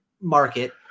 market